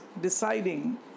deciding